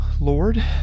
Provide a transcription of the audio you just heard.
Lord